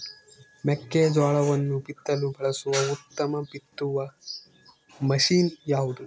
ಮೆಕ್ಕೆಜೋಳವನ್ನು ಬಿತ್ತಲು ಬಳಸುವ ಉತ್ತಮ ಬಿತ್ತುವ ಮಷೇನ್ ಯಾವುದು?